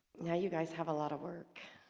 yeah you guys have a lot of work